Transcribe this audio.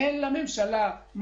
צריך להסביר שאין לממשלה מקור,